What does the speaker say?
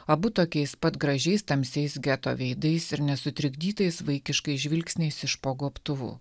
abu tokiais pat gražiais tamsiais geto veidais ir nesutrikdytais vaikiškais žvilgsniais iš po gobtuvu